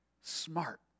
smart